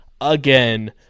again